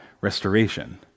restoration